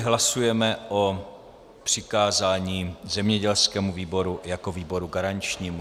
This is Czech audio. Hlasujeme o přikázání zemědělskému výboru jako výboru garančnímu.